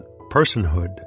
personhood